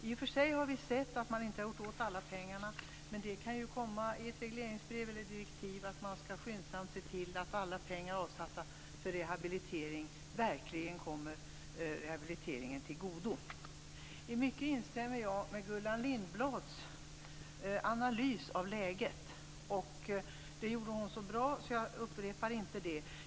I och för sig har vi sett att man inte har gjort av med alla pengarna, men det kan i regleringsbrev eller direktiv komma krav på att man skyndsamt skall se till att alla pengar som är avsatta för rehabilitering verkligen kommer rehabiliteringen till godo. I mycket instämmer jag i Gullan Lindblads analys av läget. Det hon sade var så bra att jag inte upprepar det.